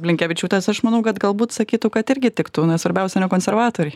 blinkevičiūtės aš manau kad galbūt sakytų kad irgi tiktų nes svarbiausia ne konservatoriai